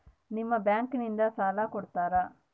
ನಿಮ್ಮ ಬ್ಯಾಂಕಿನಿಂದ ಸಾಲ ಕೊಡ್ತೇರಾ?